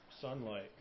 sunlight